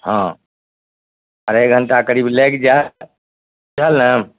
हँ अढ़ाइ घण्टा करीब लागि जाएत बुझल ने